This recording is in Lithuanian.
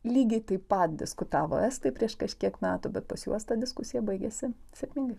lygiai taip pat diskutavo estai prieš kažkiek metų bet pas juos ta diskusija baigėsi sėkmingai